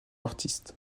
artistes